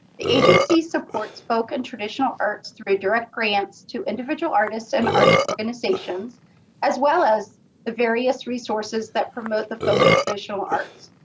the agency supports folk and traditional arts through direct grants to individual artists and arts organizations organizations as well as the various resources that promote the folk and traditional arts.